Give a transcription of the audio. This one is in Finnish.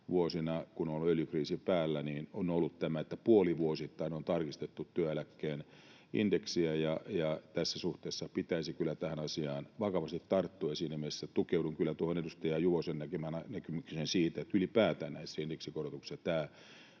1984 — kun on ollut öljykriisi päällä — tämä, että puolivuosittain on tarkistettu työeläkkeen indeksiä, ja tässä suhteessa pitäisi kyllä tähän asiaan vakavasti tarttua. Siinä mielessä tukeudun kyllä tuohon edustaja Juvosen näkemykseen siitä, että ylipäätänsä indeksikorotuksissa tämä